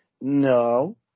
no